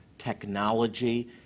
technology